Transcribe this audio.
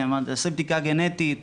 היא תעשה בדיקה גנטית,